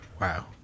Wow